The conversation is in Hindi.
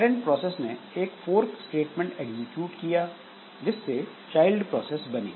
पैरंट प्रोसेस ने एक फोर्क स्टेटमेंट एग्जीक्यूट किया जिससे चाइल्ड प्रोसेस बनी